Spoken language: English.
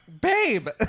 Babe